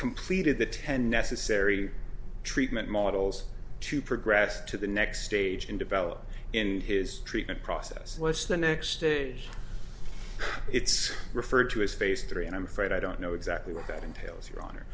completed the ten necessary treatment models to progress to the next stage and develop and his treatment process was the next stage it's referred to as space three and i'm afraid i don't know exactly what that entails